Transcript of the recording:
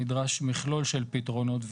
נדרש מכלול של פתרונות,